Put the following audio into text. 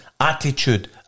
Attitude